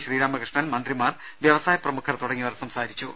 ശ്രീരാമകൃഷ്ണൻ മന്ത്രിമാർ വ്യവസായ പ്രമുഖർ തുടങ്ങിയവർ സംസാരിച്ചു